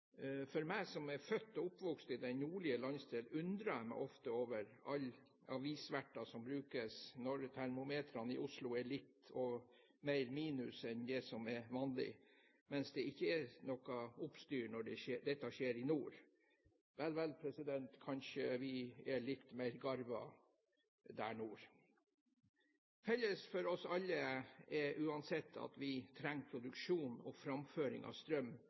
undrer meg ofte over all avissverte som brukes når termometrene i Oslo viser litt flere minus enn det som er vanlig, mens det ikke er noe oppstyr når dette skjer i nord. Vel, vel, kanskje er vi litt mer garvet der nord. Felles for oss alle er uansett at vi trenger produksjon og framføring av strøm